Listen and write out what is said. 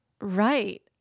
Right